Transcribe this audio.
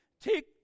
take